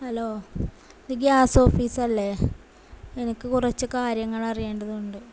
hello ഇത് gas ഓഫീസല്ലേ എനിക്ക് കുറച്ച് കാര്യങ്ങൾ അറിയേണ്ടതുണ്ട്